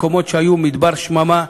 מקומות שהיו מדבר שממה,